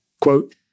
Quote